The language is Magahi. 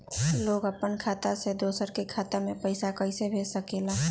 लोग अपन खाता से दोसर के खाता में पैसा कइसे भेज सकेला?